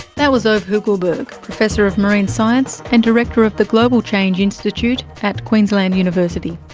that was ove hoegh-guldberg, professor of marine science and director of the global change institute at queensland university.